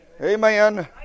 Amen